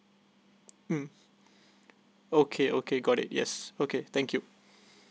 mm okay okay got it yes okay thank you